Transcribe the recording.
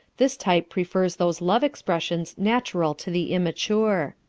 this type prefers those love-expressions natural to the immature.